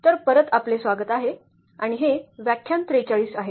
तर परत आपले स्वागत आहे आणि हे व्याख्यान 43 आहे